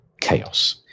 chaos